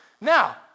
Now